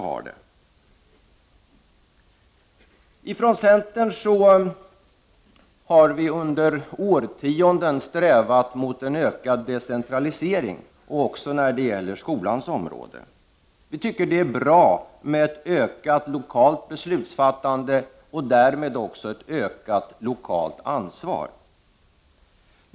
Vi i centern har under årtionden strävat mot en ökad decentralisering, också på skolans område. Vi tycker att ett ökat lokalt beslutsfattande och därmed ökat lokalt ansvar är bra.